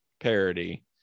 parody